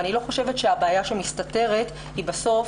אני לא חושבת שהבעיה שמסתתרת היא בסוף